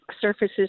surfaces